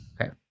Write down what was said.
Okay